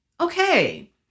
Okay